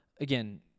Again